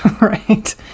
right